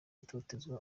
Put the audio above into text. itotezwa